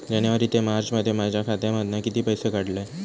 जानेवारी ते मार्चमध्ये माझ्या खात्यामधना किती पैसे काढलय?